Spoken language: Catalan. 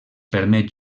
permet